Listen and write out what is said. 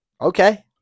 Okay